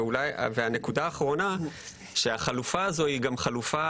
נקודה אחרונה בנושא היא שהחלופה הזו היא גם חלופה